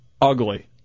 Ugly